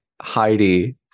Heidi